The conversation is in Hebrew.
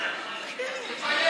תתבייש.